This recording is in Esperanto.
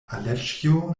aleĉjo